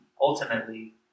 Ultimately